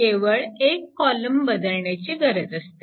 केवळ एक कॉलम बदलण्याची गरज असते